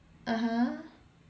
(uh huh)